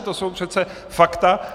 To jsou přece fakta.